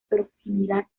proximidad